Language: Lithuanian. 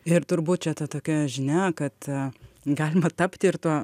ir turbūt čia ta tokia žinia kad a galima tapti ir tuo